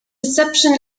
reception